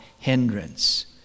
hindrance